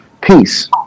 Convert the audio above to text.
peace